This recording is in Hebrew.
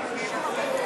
כולם נלחמים בעוני.